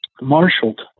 marshaled